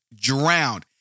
Drowned